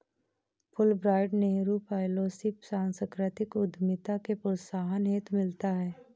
Fulbright Nehru fellowship सांस्कृतिक उद्यमिता के प्रोत्साहन हेतु मिलता है